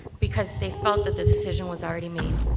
because they felt the decision was already made.